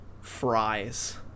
fries